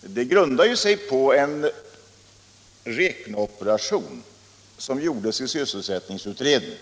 Det hela grundar sig på en räkneoperation som gjordes i sysselsättningsutredningen.